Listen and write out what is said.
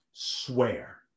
Swear